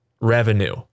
revenue